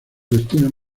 destinos